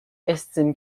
estiment